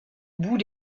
bout